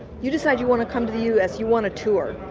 you decide you want to come to the u s. you want to tour.